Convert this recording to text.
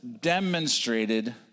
demonstrated